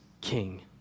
king